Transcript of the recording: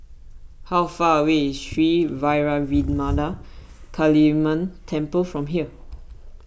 how far away is Sri Vairavimada Kaliamman Temple from here